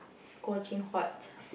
scorching hot